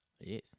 Yes